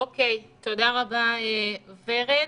אוקיי, תודה רבה, ורד.